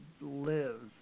lives